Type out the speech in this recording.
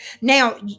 now